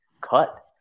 cut